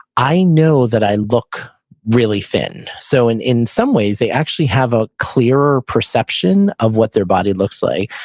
i know that i look really thin. so in in some ways, they actually have a clearer perception of what their body looks like.